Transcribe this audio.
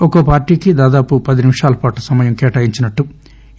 ఒక్కోపార్టీకి దాదాపు పది నిమిషాలపాటు సమయం కేటాయించినట్లు ఈ